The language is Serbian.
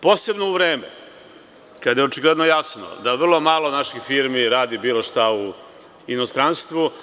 Posebno u vreme kada je očigledno jasno da vrlo malo naših firmi radi bilo šta u inostranstvu.